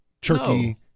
turkey